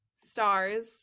stars